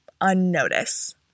unnotice